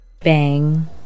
Bang